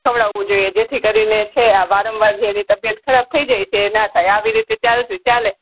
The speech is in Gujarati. ખવડાવવું જોઈએ જેથી કરીને છે આ વારંવાર જે એની તબીયત ખરાબ થઈ જાય છે એ ન થાય આવી રીતે ચાલશે ચાલે